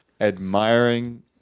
admiring